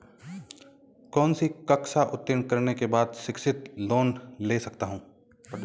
कौनसी कक्षा उत्तीर्ण करने के बाद शिक्षित लोंन ले सकता हूं?